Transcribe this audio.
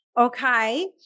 okay